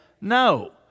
no